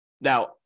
Now